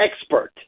expert